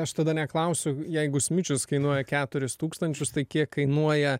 aš tada neklausiu jeigu smičius kainuoja keturis tūkstančius tai kiek kainuoja